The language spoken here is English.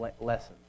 lessons